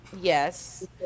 yes